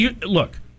look